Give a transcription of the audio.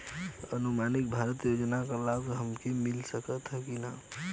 आयुष्मान भारत योजना क लाभ हमके मिल सकत ह कि ना?